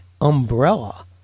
umbrella